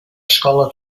escola